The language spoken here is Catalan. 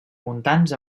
montans